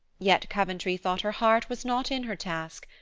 yet coventry thought her heart was not in her task,